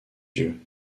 dieux